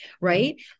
Right